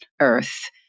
earth